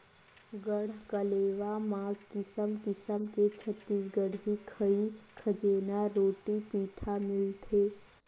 गढ़कलेवा म किसम किसम के छत्तीसगढ़ी खई खजेना, रोटी पिठा मिलथे